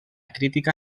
crítica